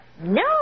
no